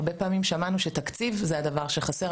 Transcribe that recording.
הרבה פעמים שמענו שתקציב זה הדבר שחסר.